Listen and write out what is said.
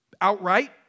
outright